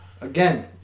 Again